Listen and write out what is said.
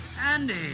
Andy